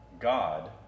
God